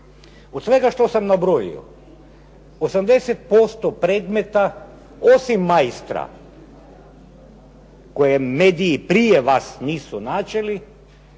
Od svega što sam nabrojio 80% predmeta, osim "Maestra" koje mediji prije vas nisu načeli,